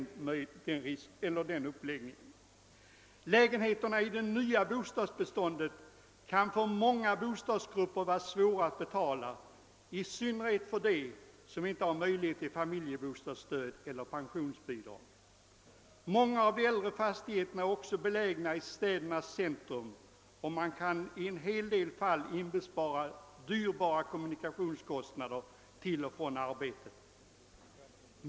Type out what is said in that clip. Hyrorna i det nya bostadsbeståndet kan för stora grupper vara svåra att betala, särskilt för dem som inte har möjlighet att få familjebostadsstöd eller pensionsbidrag. Många av de äldre fastigheterna är också belägna i städernas centrum, och man kan därför i en hel del fall inbespara höga kostnader för resor till och från arbetet.